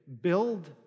build